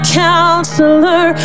counselor